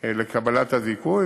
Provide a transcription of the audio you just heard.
לקבלת הזיכוי,